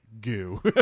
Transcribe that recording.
goo